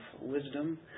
wisdom